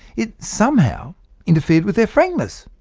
it somehow interfered with their frankness.